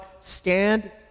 stand